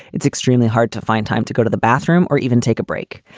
it's extremely hard to find time to go to the bathroom or even take a break.